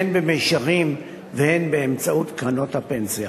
הן במישרין והן באמצעות קרנות הפנסיה.